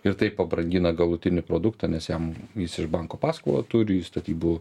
ir tai pabrangina galutinį produktą nes jam jis iš banko paskolą turi jis statybų